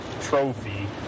trophy